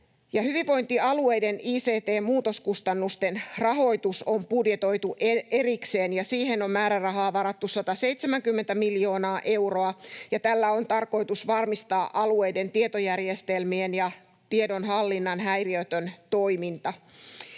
Hyvinvointialueiden ict-muutoskustannusten rahoitus on budjetoitu erikseen, ja siihen on määrärahaa varattu 170 miljoonaa euroa. Tällä on tarkoitus varmistaa alueiden tietojärjestelmien ja tiedonhallinnan häiriötön toiminta.